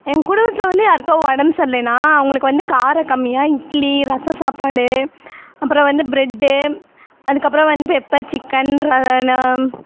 எங்க குடும்பத்தில் வந்து யாருக்காவது உடம்பு சரிலின்னா அவங்களுக்கு வந்து காரம் கம்மியாக இட்லி ரசம் சாப்பாடு அப்புறம் வந்து பிரெட்டு அதுக்கப்புறம் வந்து பெப்பர் சிக்கன்